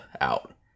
out